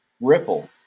Ripple